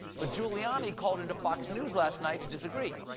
but giuliani called into fox news last night to disagree.